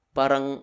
parang